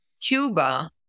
Cuba